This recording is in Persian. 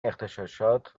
اغتشاشات